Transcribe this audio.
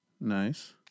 Nice